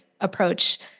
approach